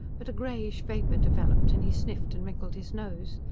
but a grayish vapor developed and he sniffed and wrinkled his nose.